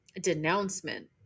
denouncement